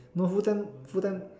no full time full time